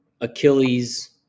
Achilles